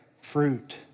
fruit